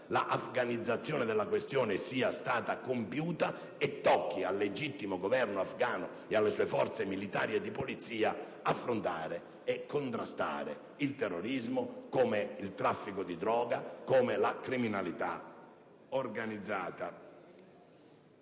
la afganizzazione della questione sia stata compiuta, e tocchi al legittimo Governo afgano e alle sue forze militari e di polizia affrontare e contrastare il terrorismo, così come il traffico di droga e la criminalità organizzata.